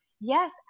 yes